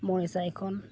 ᱢᱚᱬᱮᱥᱟᱭ ᱠᱷᱚᱱ